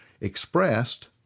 expressed